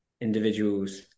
individuals